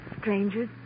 strangers